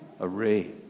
array